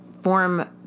form